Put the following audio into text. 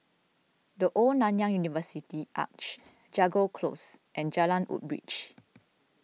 the Old Nanyang University Arch Jago Close and Jalan Woodbridge